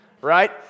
Right